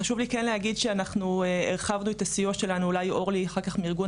חשוב לי כן להגיד שאנחנו הרחבנו את הסיוע שלנו אולי אורלי מארגון